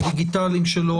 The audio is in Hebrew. הדיגיטליים שלו,